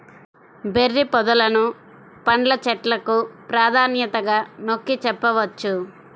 berry పొదలను పండ్ల చెట్లకు ప్రాధాన్యతగా నొక్కి చెప్పవచ్చు